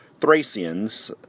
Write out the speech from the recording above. Thracians